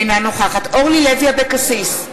אינה נוכחת אורלי לוי אבקסיס,